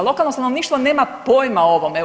Lokalno stanovništvo nema pojma o ovome.